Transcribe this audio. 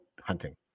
hunting